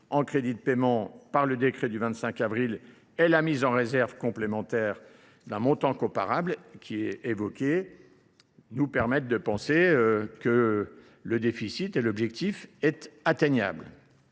en crédit de paiement par le décret du 25 avril et la mise en réserve complémentaire d'un montant comparable qui est évoqué nous permettent de penser que le déficit et l'objectif est atteignable.